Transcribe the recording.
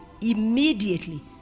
immediately